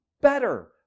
better